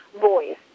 voice